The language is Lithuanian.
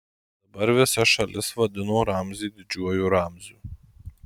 dabar visa šalis vadino ramzį didžiuoju ramziu